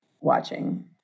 watching